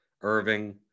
Irving